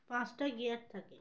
পাঁচটা গিয়ার থাকে